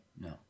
no